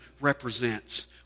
represents